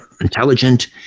intelligent